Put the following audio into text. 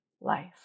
life